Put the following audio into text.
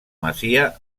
masia